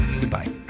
Goodbye